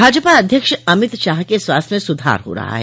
भाजपा अध्यक्ष अमित शाह के स्वास्थ्य में सुधार हो रहा है